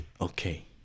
Okay